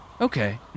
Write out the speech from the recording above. Okay